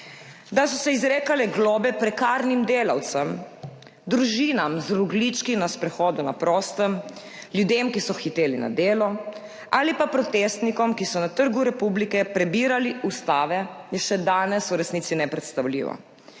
da so se izrekale globe prekarnim delavcem, družinam z rogljički na sprehodu na prostem, ljudem, ki so hiteli na delo, ali pa protestnikom, ki so na Trgu republike prebirali ustavo, je še danes v resnici nepredstavljivo.